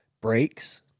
breaks